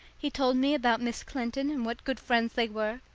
he told me about miss clinton and what good friends they were,